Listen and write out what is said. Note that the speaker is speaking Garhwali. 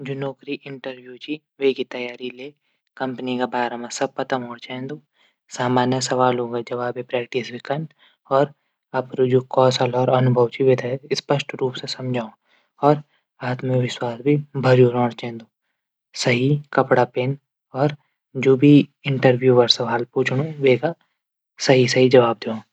जू नौकरी इंटरव्यू च वेकी तैयारी में कम्पनी बारा मा पता हूण चैंदू। सामान्य सवालों जवाब भी प्रैक्टिस भी कन अपड जू अनुभव वा कौशल च स्पष्ट रूप से समझाओ और आत्मविश्वास भी बण्यू रैण चैण। सही कपडा पैन और जू भी इंटरव्यूर सवाल पुछणू सही जवाब दीण।